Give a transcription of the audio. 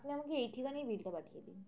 আপনি আমাকে এই ঠিকানাই বিলটা পাঠিয়ে দিন